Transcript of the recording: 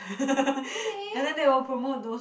really